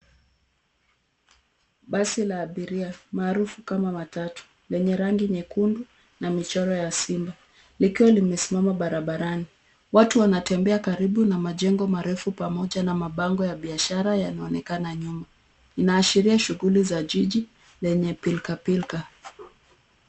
Basi la abiria, maarufu kama matatu lenye rangi nyekundu na michoro ya simba likiwa limesimama barabarani. Watu wanatembea karibu na majengo marefu pamoja na mabango ya biashara yanaonekana nyuma. Inaashiria shughuli za jiji lenye pilka pilka.